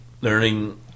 learning